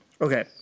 okay